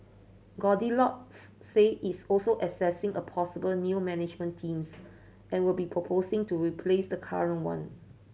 goldilocks said it's also assessing a possible new management team and will be proposing to replace the current one